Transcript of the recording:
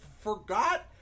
forgot